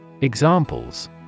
Examples